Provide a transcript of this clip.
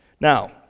Now